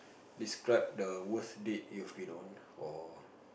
describe the worst date you've been on for